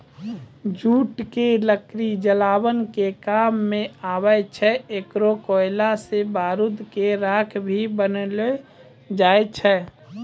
jute के लकड़ी जलावन के काम मॅ आवै छै, एकरो कोयला सॅ बारूद के राख भी बनैलो जाय छै